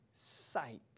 sight